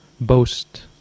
boast